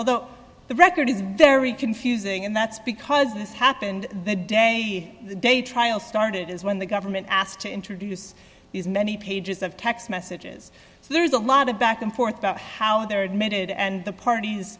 although the record is very confusing and that's because this happened the day the day trial started is when the government asked to introduce many pages of text messages so there's a lot of back and forth about how they're admitted and the parties